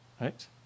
right